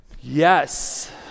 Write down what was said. Yes